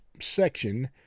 section